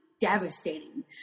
devastating